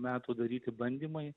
metų daryti bandymai